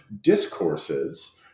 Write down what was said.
discourses